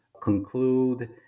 conclude